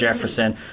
Jefferson